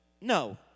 No